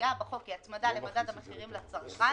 שמופיעה בחוק היא ההצמדה למדד המחירים לצרכן,